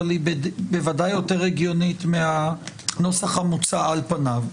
אבל היא בוודאי יותר הגיונית מהנוסח המוצע על פניו,